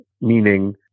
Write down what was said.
meaning